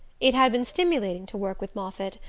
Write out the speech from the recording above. it had been stimulating to work with moffatt,